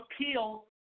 appeal